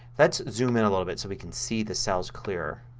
let's zoom in a little bit so we can see the cells clearer.